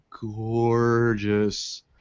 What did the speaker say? gorgeous